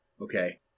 Okay